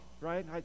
right